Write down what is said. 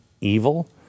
evil